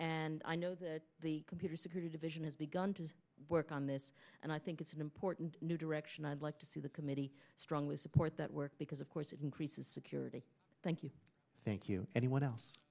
and i know that the computer security division has begun to work on this and i think it's an important new direction i'd like to see the committee strongly support that work because of course it increases security thank you thank you anyone else